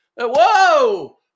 Whoa